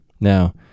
Now